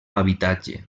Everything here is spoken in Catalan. habitatge